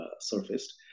surfaced